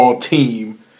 team